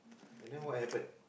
and then what happen